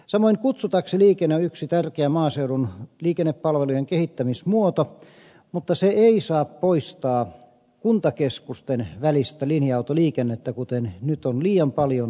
samoin kutsutaksiliikenne on yksi tärkeä maaseudun liikennepalvelujen kehittämismuoto mutta se ei saa poistaa kuntakeskusten välistä linja autoliikennettä kuten nyt on liian paljon tapahtunut